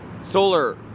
solar